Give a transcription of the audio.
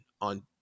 on